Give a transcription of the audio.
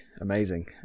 amazing